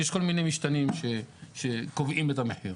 יש כל מיני משתנים שקובעים את המחיר.